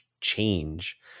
change